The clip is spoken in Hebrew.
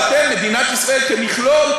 או אתם מדינת ישראל כמכלול,